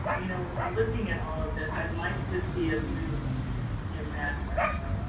you know when we're looking at all of this, i'd like to see us move in that direction.